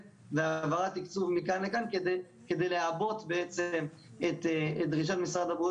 והעברת תקצוב מכאן לכאן כדי לעבות בעצם את דרישת משרד הבריאות